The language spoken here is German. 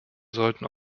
sollten